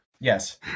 Yes